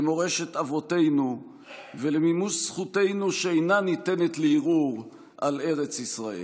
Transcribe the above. למורשת אבותינו ולמימוש זכותנו שאינה ניתנת לערעור על ארץ ישראל.